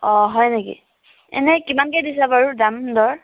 অ' হয় নেকি এনেই কিমানকৈ দিছা বাৰু দাম দৰ